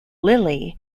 lilly